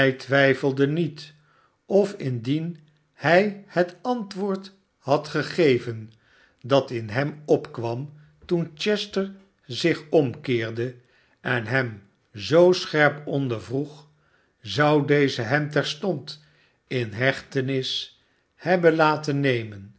twijfelde niet of indien hij het antwoord had gegeven dat in hem opkwam toen chester zich omkeerde en hem zoo scherp ondervroeg zou deze hem terstond in hechtenis hebben laten nemen